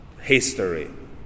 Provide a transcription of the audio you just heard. history